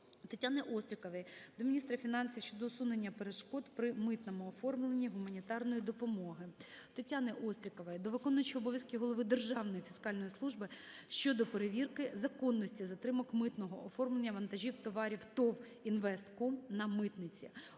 Тетяни Острікової до міністра фінансів щодо усунення перешкод при митному оформленні гуманітарної допомоги. Тетяни Острікової до виконуючого обов'язки голови Державної фіскальної служби щодо перевірки, законності затримок митного оформлення вантажів товарів ТОВ "Інвестком" на митниці.